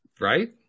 Right